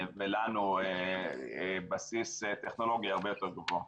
ולנו יהיה בסיס טכנולוגי הרבה גבוה.